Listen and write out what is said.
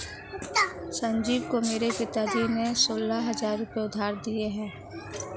संजीव को मेरे पिताजी ने सोलह हजार रुपए उधार दिए हैं